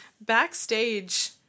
backstage